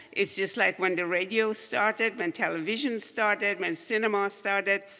it's just like when the radio started, when television started, when cinema started.